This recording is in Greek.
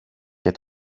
και